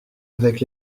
avec